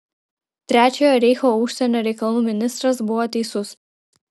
trečiojo reicho užsienio reikalų ministras buvo teisus